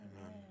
Amen